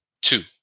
two